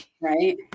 Right